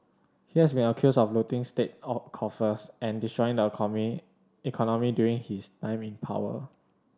he has been accused of looting state out coffers and destroying the economy during his time in power